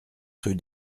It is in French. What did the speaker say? rue